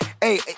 Hey